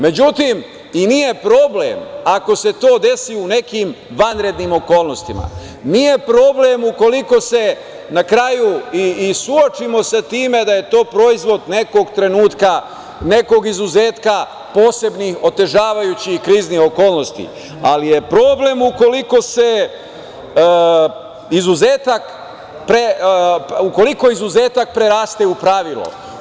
Međutim, nije problem ako se to desi u nekim vanrednim okolnostima, nije problem ukoliko se na kraju i suočimo sa time da je to proizvod nekog trenutka, nekog izuzetka, posebnih, otežavajućih kriznih okolnosti, ali je problem ukoliko izuzetak preraste u pravilo.